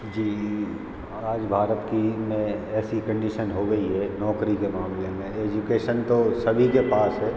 जी आज भारत की मैं ऐसी कन्डिशन हो गई है नौकरी के मामले में एजुकेशन तो सभी के पास है